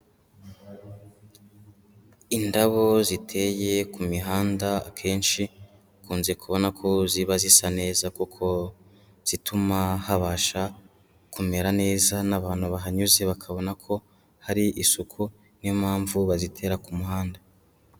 Indabo ziteye ku mihanda akenshi ukunze kubona ko ziba zisa neza kuko zituma habasha kumera neza n'abantu bahanyuze bakabona ko hari isuku, niyo mpamvu bazitera ku muhanda.